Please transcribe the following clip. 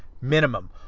minimum